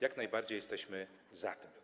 Jak najbardziej jesteśmy za tym.